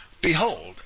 Behold